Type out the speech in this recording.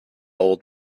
old